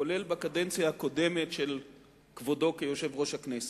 כולל בקדנציה הקודמת של כבודו כיושב-ראש הכנסת: